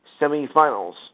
semifinals